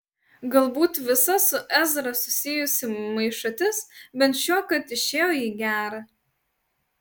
galbūt visa su ezra susijusi maišatis bent šiuokart išėjo į gera